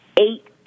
eight